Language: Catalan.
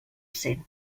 cent